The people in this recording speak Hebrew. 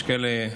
יש כאלה,